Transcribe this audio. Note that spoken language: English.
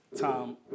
Tom